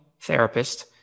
therapist